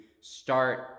start